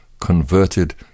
converted